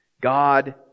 God